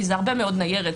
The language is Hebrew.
כי זה הרבה מאוד ניירת,